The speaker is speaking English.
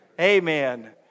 amen